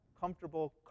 comfortable